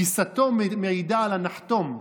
גיסתו מעידה על הנחתום,